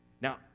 Now